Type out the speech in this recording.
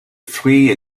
fruits